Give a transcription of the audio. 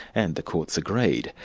and the courts agreed.